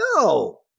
No